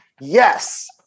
yes